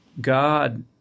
God